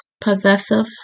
possessive